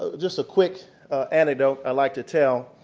ah just a quick anecdote i'd like to tell.